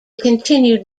continued